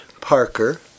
Parker